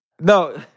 no